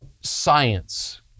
science